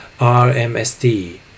RMSD